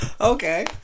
Okay